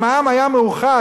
אם העם היה מאוחד,